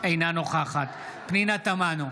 אינה נוכחת פנינה תמנו,